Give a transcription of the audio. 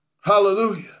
Hallelujah